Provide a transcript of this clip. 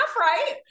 right